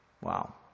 Wow